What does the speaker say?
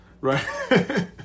right